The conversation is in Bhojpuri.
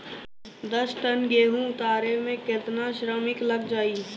दस टन गेहूं उतारे में केतना श्रमिक लग जाई?